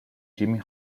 jimmy